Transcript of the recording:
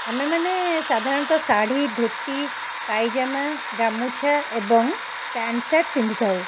ଆମେମାନେ ସାଧାରଣତଃ ଶାଢ଼ୀ ଧୋତି ପାଇଜାମା ଗାମୁଛା ଏବଂ ପ୍ୟାଣ୍ଟ ସାର୍ଟ ପିନ୍ଧିଥାଉ